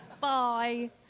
Bye